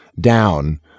down